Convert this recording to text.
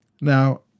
Now